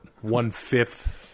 one-fifth